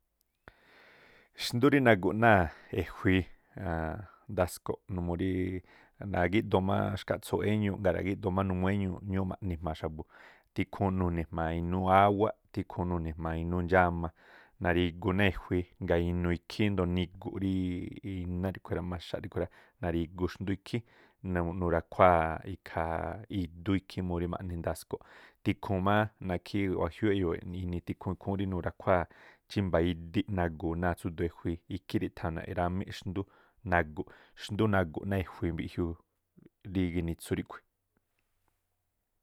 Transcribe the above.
Xndú rí naguꞌ náa̱ e̱jui̱i aan ndaꞌko̱ꞌ numuu rí ra̱gíꞌdoo má xkátsooꞌ éñuuꞌ ngaañ ngaa̱ ragíꞌdoo má numuu wéñuuꞌ, ñúúꞌ ma̱ꞌni̱ jma̱a xa̱bu̱ tikhuun nuni̱ jma̱a inúú awáꞌ, tikhuu nuni̱ jma̱a inúú ndxama nariguu náa̱ e̱jui̱i ngaa̱ ríndo̱o nigu̱ꞌ iná ríꞌkhui rá, maxaꞌ ríkhui̱ rá, narigu xndú ikhí nurakhuáa̱ ikhaa idú ikhí murí ma̱ꞌni ndaku̱ꞌ, tikhuun má nákhí wajiúúꞌ e̱yo̱o̱ ini̱ ikhúún nurakhuáa̱ chímba̱a̱ idiꞌ naguu náa̱ tsu̱duu e̱jui̱i ikhí iri̱rámí xndú nagu̱ꞌ, xndú nagu̱ꞌ náa̱ ejui̱i mbiꞌjiuu rí ginitsu ríꞌkhui̱.